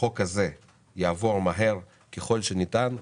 שהחוק שמונח בפנינו כאן יעבור מהר ככל שניתן,